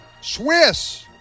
Swiss